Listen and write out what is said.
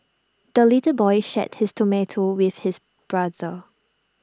the little boy shared his tomato with his brother